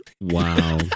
Wow